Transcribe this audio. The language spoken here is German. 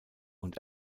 und